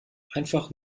einfach